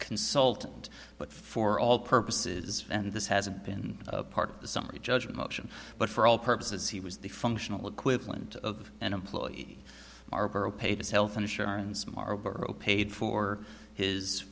consultant but for all purposes and this hasn't been part of the summary judgment motion but for all purposes he was the functional equivalent of an employee barbara paid his health insurance marlboro paid for his